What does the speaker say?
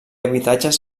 habitatges